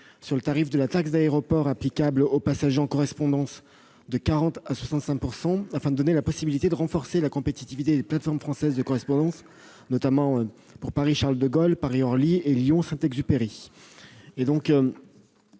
sur le tarif de la taxe d'aéroport applicable aux passagers en correspondance de 40 % à 65 %, afin de nous donner la possibilité de renforcer la compétitivité des plateformes françaises de correspondance, notamment celles de Paris-Charles-de-Gaulle, Paris-Orly et Lyon-Saint-Exupéry.